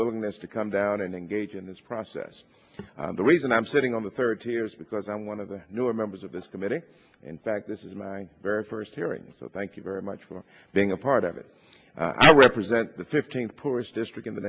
willingness to come down and engage in this process the reason i'm sitting on the third tier is because i'm one of the newer members of this committee in fact this is my very first hearing so thank you very much for being a part of it i represent the fifteenth poorest district in the